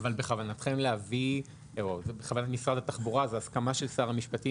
בכוונת משרד התחבורה בהסכמת שר המשפטים,